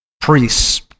priests